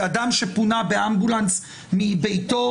כי אדם שפונה באמבולנס מביתו,